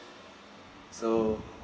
so